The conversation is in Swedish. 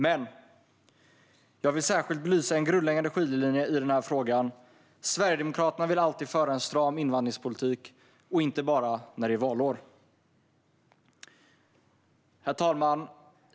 Men jag vill särskilt belysa en grundläggande skiljelinje i den här frågan: Sverigedemokraterna vill alltid föra en stram invandringspolitik och inte bara när det är valår. Herr talman!